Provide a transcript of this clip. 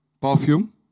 perfume